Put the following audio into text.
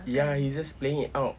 ya he's just playing it out